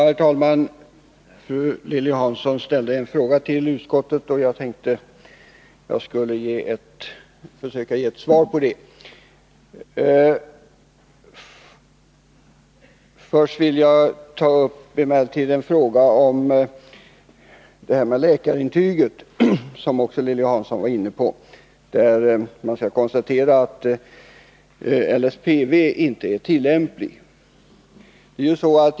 Fru talman! Lilly Hansson ställde en fråga till utskottet, som jag tänkte att jag skulle försöka ge ett svar på. Först vill jag emellertid ta upp en fråga om läkarintyg, som Lilly Hansson också var inne på. Där måste jag konstatera att LSPV inte är tillämplig.